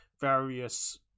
various